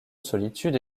solitude